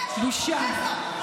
בושה.